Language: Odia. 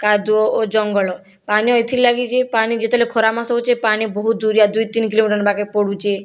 କାଦୁଅ ଓ ଜଙ୍ଗଳ ପାନୀୟ ଏଥିର୍ ଲାଗି ଯେ ପାନି ଯେତେବେଲେ ଖରା ମାସ୍ ହଉଛେ ପାନି ବହୁତ ଦୁରିଆ ଦୁଇ ତିନ କିଲୋମିଟର ନେବାକେ ପଡ଼ୁଛେ